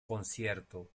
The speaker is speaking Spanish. concierto